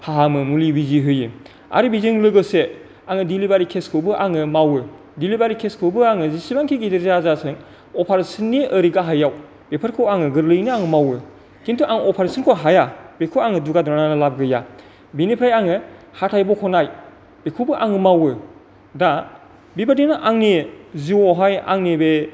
फाहामो मुलि बिजि होयो आरो बेजों लोगोसे आङो डिलिभारि केसखौबो आङो मावो डिलिभारि केसखौबो आङो जिसिबांखि गिदिर जाया जाथों अफारेसननि ओरै गाहायाव बेफोरखौ आङो गोरलैयैनो आङो मावो खिन्थु आं अफारेसनखौ हाया बेखौ आङो दुगा दुनानै लाब गैया बेनिफ्राय आङो हाथाइ बखनाय बेखौबो आङो मावो दा बेबायदिनो आंनि जिउआवहाय आंनि बे